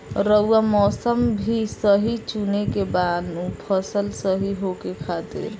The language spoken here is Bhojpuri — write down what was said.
रऊआ मौसम भी सही चुने के बा नु फसल सही होखे खातिर